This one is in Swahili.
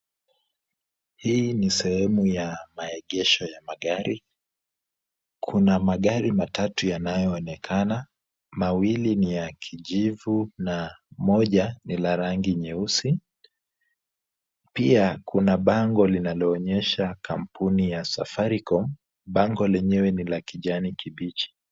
Hii ni sehemu ya maegesho ya magari. Kuna magari matatu yanayo onekana. Mawili ni ya kijivu na moja ni la rangi nyeusi. Pia kuna bango linalo onyesha kampuni ya safaricom. Bango lenyewe ni la kijani kibichi.